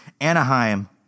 Anaheim